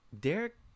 Derek